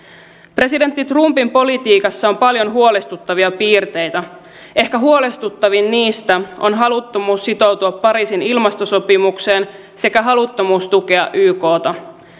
presidentti trumpin politiikassa on paljon huolestuttavia piirteitä ehkä huolestuttavin niistä on haluttomuus sitoutua pariisin ilmastosopimukseen sekä haluttomuus tukea ykta